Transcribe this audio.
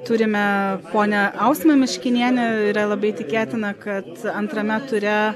turime ponią ausmą miškinienę yra labai tikėtina kad antrame ture